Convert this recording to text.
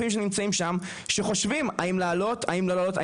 שנמצאים שם שחשובים האם לעלות או לא לעלות,